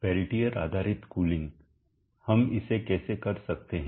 Peltier आधारित cooling हम इसे कैसे कर सकते हैं